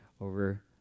over